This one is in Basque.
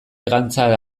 gantza